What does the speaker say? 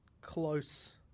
close